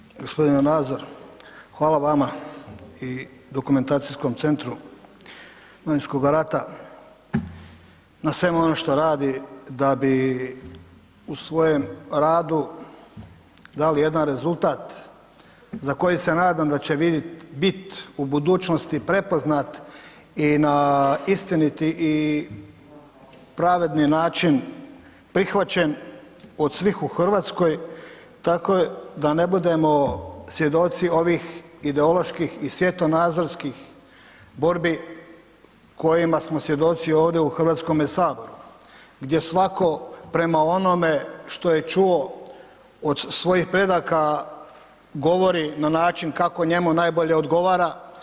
Poštovani gospodine Nazor, hvala vama i Dokumentacijskom centru Domovinskoga rata na svemu onome što radi da bi u svojem radu dali jedan rezultat za koji se nadam da će biti u budućnosti prepoznat i na istiniti i pravedni način prihvaćen od svih u Hrvatskoj, tako da ne budemo svjedoci ovih ideoloških i svjetonazorskih borbi kojima smo svjedoci ovdje u Hrvatskome saboru gdje svatko prema onome što je čuo od svojih predaka govori na način kako njemu najbolje odgovara.